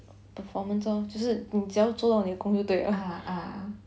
performance lor 就是你只要做到你的工作就对 liao